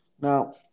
Now